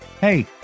Hey